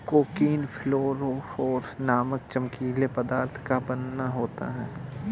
cocoon fluorophore नामक चमकीले पदार्थ का बना होता है